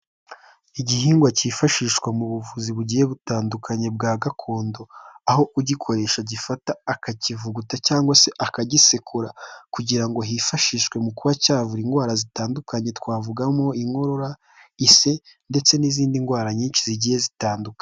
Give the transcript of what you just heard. Igihingwa cyifashishwa mu buvuzi bugiye butandukanye bwa gakondo, aho ugikoresha agifata akakivuguta cyangwa se akagisekura, kugira ngo hifashishwe mu kuba cyavura indwara zitandukanye twavugamo inkorora, ise ndetse n'izindi ndwara nyinshi zigiye zitandukanye.